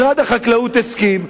משרד החקלאות הסכים,